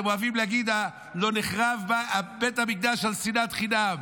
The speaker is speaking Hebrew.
אתם אוהבים להגיד: לא נחרב בית המקדש על שנאת חינם,